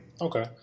Okay